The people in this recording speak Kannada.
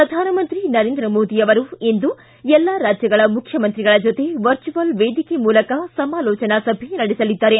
ಪ್ರಧಾನಮಂತ್ರಿ ನರೇಂದ್ರ ಮೋದಿ ಅವರು ಇಂದು ಎಲ್ಲಾ ರಾಜ್ಯಗಳ ಮುಖ್ಯಮಂತ್ರಿಗಳ ಜೊತೆ ವರ್ಚುವಲ್ ವೇದಿಕೆ ಮೂಲಕ ಸಮಾಲೋಚನಾ ಸಭೆ ನಡೆಸಲಿದ್ದಾರೆ